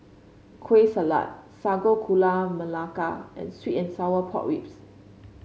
Kueh Salat Sago Gula Melaka and sweet and Sour Pork Ribs